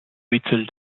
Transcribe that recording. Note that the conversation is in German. mittel